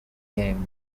game